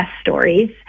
stories